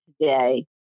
today